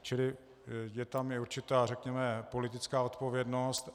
Čili je tam i určitá, řekněme, politická odpovědnost.